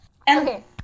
Okay